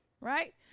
right